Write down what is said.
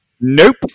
Nope